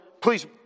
please